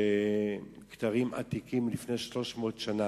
כתרים עתיקים מלפני 300 שנה.